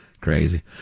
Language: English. crazy